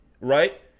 right